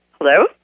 Hello